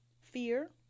fear